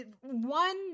one